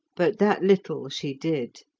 but that little she did.